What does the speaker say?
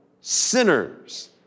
sinners